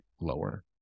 lower